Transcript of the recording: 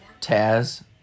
Taz